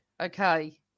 okay